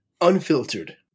unfiltered